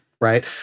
right